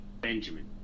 Benjamin